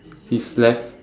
his left